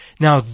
Now